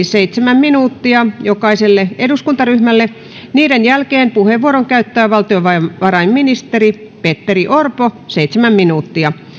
seitsemän minuuttia jokaisella eduskuntaryhmällä jälkeen puheenvuoron käyttää valtiovarainministeri petteri orpo seitsemän minuuttia